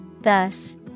Thus